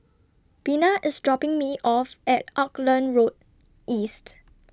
Bina IS dropping Me off At Auckland Road East